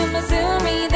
Missouri